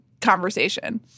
conversation